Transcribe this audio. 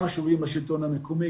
גם משובים מהשלטון המקומי,